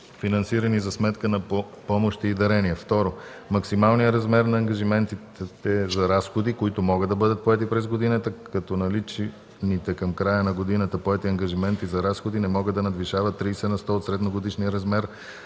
финансирани за сметка на помощи и дарения; 2. максималния размер на ангажиментите за разходи, които могат да бъдат поети през годината, като наличните към края на годината поети ангажименти за разходи не могат да надвишават 30 на сто от средногодишния размер